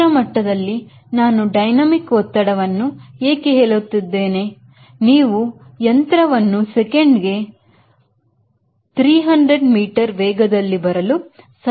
ಸಮುದ್ರ ಮಟ್ಟದಲ್ಲಿ ನಾನು ಡೈನಮಿಕ್ ಒತ್ತಡವನ್ನು ಏಕೆ ಹೇಳುತ್ತಿದ್ದೇನೆ ನೀವು ಯಂತ್ರವನ್ನು ಸೆಕೆಂಡ್ಗೆ 300 ಮೀಟರ್ ವೇಗದಲ್ಲಿ ಬರಲು ಸಾಧ್ಯವಾಗುತ್ತದೆ